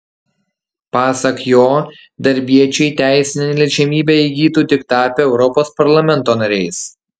pasak jo darbiečiai teisinę neliečiamybę įgytų tik tapę europos parlamento nariais